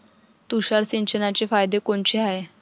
तुषार सिंचनाचे फायदे कोनचे हाये?